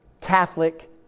Catholic